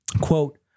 Quote